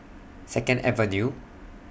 Second Avenue